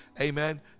Amen